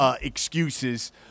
excuses